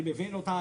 אני מבין אותה,